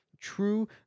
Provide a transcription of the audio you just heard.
True